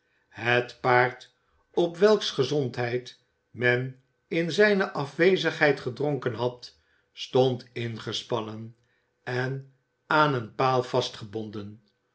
het paard op welks gezondheid men in zijne afwezigheid gedronken had stond ingespannen en aan een paal